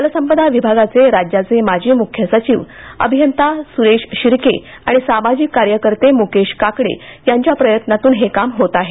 जलसंपदा विभागाचे राज्याचे माजी मुख्य सचिव अभियंता सुरेश शिर्के आणि सामाजिक कार्यकर्ते मुकेश काकडे यांच्या प्रयत्नातून हे काम होत आहे